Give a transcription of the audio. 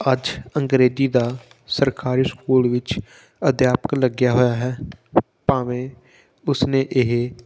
ਅੱਜ ਅੰਗਰੇਜ਼ੀ ਦਾ ਸਰਕਾਰੀ ਸਕੂਲ ਵਿੱਚ ਅਧਿਆਪਕ ਲੱਗਿਆ ਹੋਇਆ ਹੈ ਭਾਵੇਂ ਉਸਨੇ ਇਹ